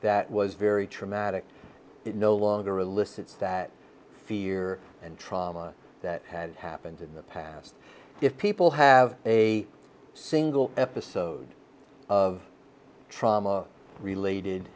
that was very traumatic it no longer elicits that fear and trauma that had happened in the past if people have a single episode of trauma